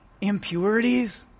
impurities